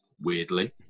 weirdly